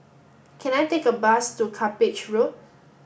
can I take a bus to Cuppage Road